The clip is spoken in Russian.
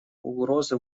угрозы